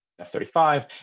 F-35